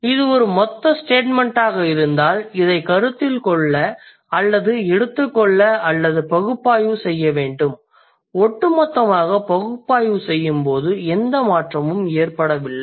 இது ஒரு மொத்த ஸ்டேட்மெண்ட் ஆக இருந்தால் இதைக் கருத்தில்கொள்ள அல்லது எடுத்துக்கொள்ள அல்லது பகுப்பாய்வுசெய்ய வேண்டும் ஒட்டுமொத்தமாக பகுப்பாய்வு செய்யும் போது எந்த மாற்றமும் ஏற்படவில்லை